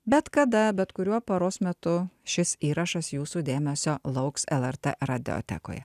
bet kada bet kuriuo paros metu šis įrašas jūsų dėmesio lauks lrt radiotekoje